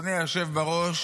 אדוני היושב בראש,